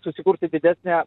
susikurti didesnę